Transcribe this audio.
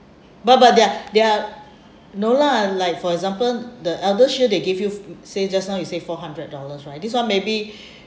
but but their their no lah like for example the ElderShield they give you say just now you say four hundred dollars right this one maybe